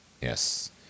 Yes